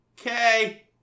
Okay